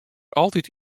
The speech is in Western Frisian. altyd